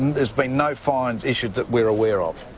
there's been no fines issued that we are aware of.